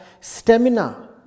stamina